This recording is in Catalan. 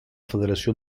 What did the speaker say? federació